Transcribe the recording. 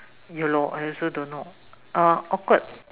ya lor I also don't know uh awkward